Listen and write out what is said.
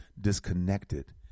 disconnected